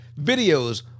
videos